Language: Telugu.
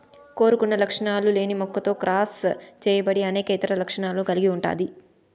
కోరుకున్న లక్షణాలు లేని మొక్కతో క్రాస్ చేయబడి అనేక ఇతర లక్షణాలను కలిగి ఉంటాది